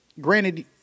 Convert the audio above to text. granted